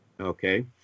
Okay